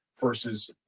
versus